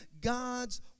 God's